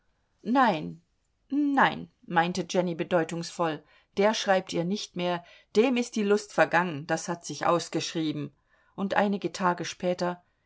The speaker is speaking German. nein nein meinte jenny bedeutungsvoll der schreibt ihr nicht mehr dem ist die lust vergangen das hat sich ausgeschrieben und einige tage später